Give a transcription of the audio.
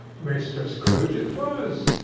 mr. scrooge it was.